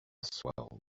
swell